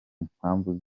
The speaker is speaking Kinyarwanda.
mpamvu